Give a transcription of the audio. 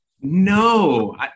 No